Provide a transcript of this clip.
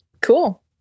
cool